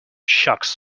shocks